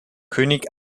könig